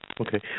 Okay